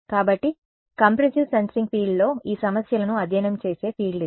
కాబట్టి compressive sensing ఫీల్డ్లో ఈ సమస్యలను అధ్యయనం చేసే ఫీల్డ్ ఇది